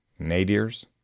nadirs